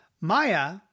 Maya